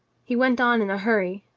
he went on in a hurry,